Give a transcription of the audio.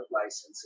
license